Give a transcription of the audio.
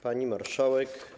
Pani Marszałek!